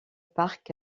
parc